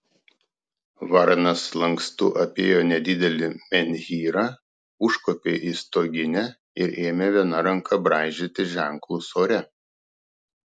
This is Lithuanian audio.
varnas lankstu apėjo nedidelį menhyrą užkopė į stoginę ir ėmė viena ranka braižyti ženklus ore